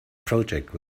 project